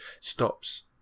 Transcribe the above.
stops